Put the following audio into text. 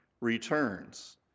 returns